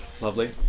Lovely